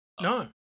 no